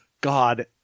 God